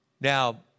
Now